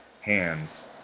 hands